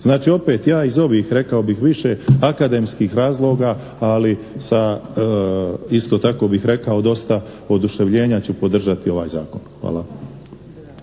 Znači, opet ja iz ovih rekao bih više akademskih razloga ali sa isto tako bih rekao dosta oduševljenja ću podržati ovaj zakon. Hvala.